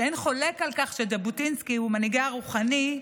שאין חולק על כך שז'בוטינסקי הוא מנהיגה הרוחני,